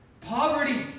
poverty